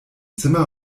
zimmer